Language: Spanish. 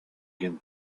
quien